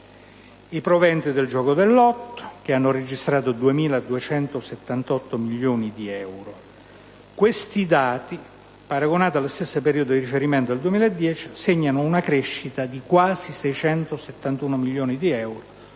i proventi del gioco del lotto, che sono stati pari a 2.278 milioni di euro. Questi dati, paragonati allo stesso periodo di riferimento del 2010, segnano una crescita di quasi 671 milioni di euro,